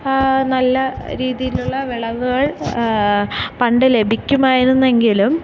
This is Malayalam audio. നല്ല രീതിയിലുള്ള വിളവുകൾ പണ്ട് ലഭിക്കുമായിരുന്നെങ്കിലും